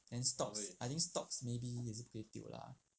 then stocks I think stocks maybe 也是不可以 tilt lah